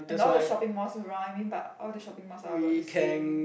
and all the shopping malls around I mean but all the shopping malls are about the same